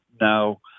No